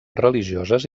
religioses